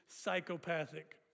psychopathic